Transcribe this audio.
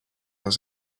his